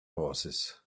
horses